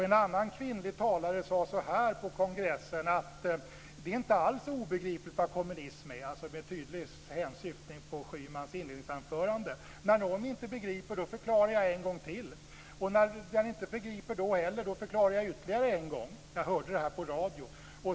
En annan kvinnlig talare på kongressen sade så här: Det är inte alls obegripligt vad kommunism är - det var alltså med tydlig hänsyftning på Schymans huvudanförande. När någon inte begriper, förklarar jag en gång till. Och om man inte begriper då heller, förklarar jag ytterligare en gång - jag hörde detta på radio.